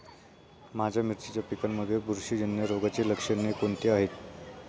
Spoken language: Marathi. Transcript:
माझ्या मिरचीच्या पिकांमध्ये बुरशीजन्य रोगाची लक्षणे कोणती आहेत?